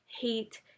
hate